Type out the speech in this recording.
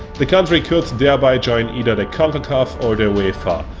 the country could thereby join either the concacaf or the uefa,